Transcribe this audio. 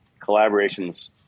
collaborations